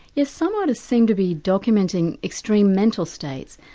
yes some artists seem to be documenting extreme mental states,